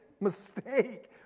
mistake